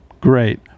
great